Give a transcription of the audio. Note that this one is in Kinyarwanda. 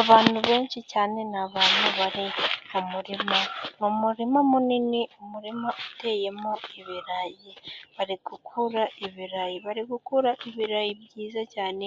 Abantu benshi cyane, ni abantu bari mu murima, umurima munini, umurima uteyemo ibirayi, bari gukura ibirayi, bari gukura ibirayi byiza cyane,